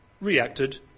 reacted